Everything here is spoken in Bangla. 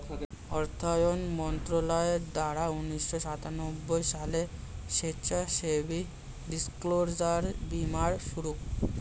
অর্থায়ন মন্ত্রণালয়ের দ্বারা উন্নিশো সাতানব্বই সালে স্বেচ্ছাসেবী ডিসক্লোজার বীমার শুরু